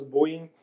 Boeing